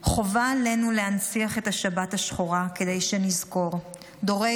חובה עלינו להנציח את השבת השחורה כדי שנזכור דורי-דורות